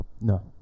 no